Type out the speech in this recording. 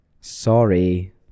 Sorry